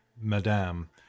madame